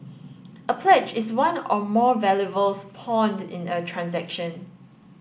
a pledge is one or more valuables pawned in a transaction